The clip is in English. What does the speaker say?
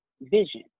vision